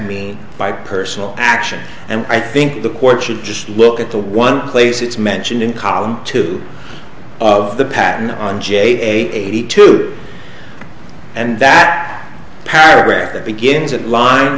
mean by personal action and i think the court should just look at the one place it's mentioned in column two of the patent on j eighty two and that paragraph that begins at lin